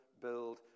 build